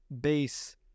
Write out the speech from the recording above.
base